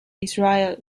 israel